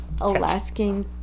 alaskan